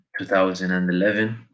2011